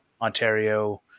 Ontario